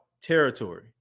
territory